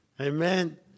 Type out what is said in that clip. Amen